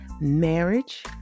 marriage